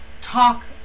talk